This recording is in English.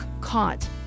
Caught